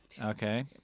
Okay